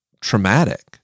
traumatic